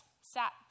sat